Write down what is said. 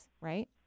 right